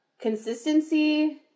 consistency